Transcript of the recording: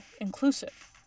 inclusive